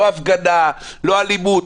לא הפגנה, לא אלימות.